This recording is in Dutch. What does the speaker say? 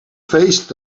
feest